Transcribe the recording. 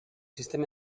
sistema